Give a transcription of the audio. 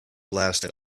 blasted